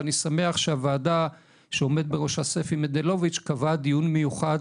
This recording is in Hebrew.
ואני שמח שהוועדה שעומד בראשה ספי מנדלוביץ קבעה דיון מיוחד